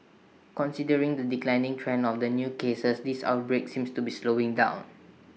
considering the declining trend of new cases this outbreak seems to be slowing down